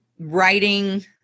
writing